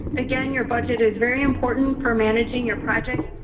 again, your budget is very important for managing your project,